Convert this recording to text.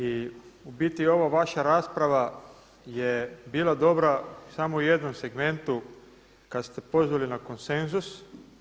I u biti ova vaša rasprava je bila dobra samo u jednom segmentu kada ste pozvali na konsenzus.